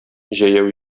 җәяү